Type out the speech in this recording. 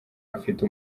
afite